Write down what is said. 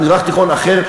מזרח תיכון אחר,